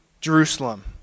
Jerusalem